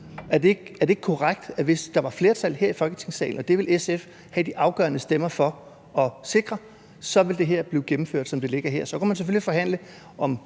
Er det ikke korrekt, at hvis der var flertal her i Folketingssalen, og det ville SF have de afgørende stemmer for at sikre, så ville det her blive gennemført, som det ligger her? Så kunne man selvfølgelig forhandle om